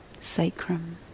Sacrum